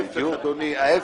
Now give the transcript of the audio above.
ההפך, אדוני, ההפך.